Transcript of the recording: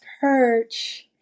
perch